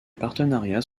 partenariats